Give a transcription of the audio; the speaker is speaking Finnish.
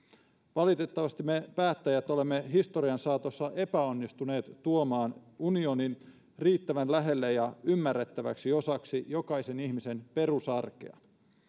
valitettavasti me päättäjät olemme historian saatossa epäonnistuneet tuomaan unionin riittävän lähelle ja ymmärrettäväksi osaksi jokaisen ihmisen perusarkea